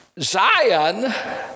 Zion